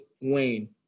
Wayne